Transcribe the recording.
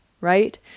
right